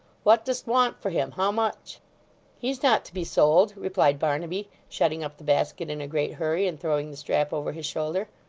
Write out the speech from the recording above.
what dost want for him? how much he's not to be sold replied barnaby, shutting up the basket in a great hurry, and throwing the strap over his shoulder.